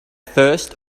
first